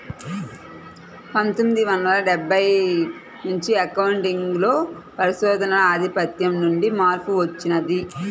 పందొమ్మిది వందల డెబ్బై నుంచి అకౌంటింగ్ లో పరిశోధనల ఆధిపత్యం నుండి మార్పు వచ్చింది